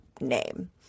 name